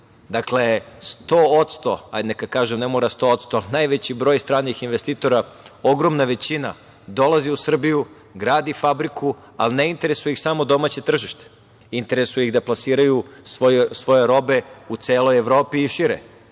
100%, hajde neka, kažem, ne mora 100%, ali najveći broj stranih investitora, ogromna većina dolazi u Srbiju, gradi fabriku, ali ne interesuje ih samo domaće tržište. Interesuje ih da plasiraju svoje robe u celoj Evropi i šire. Zato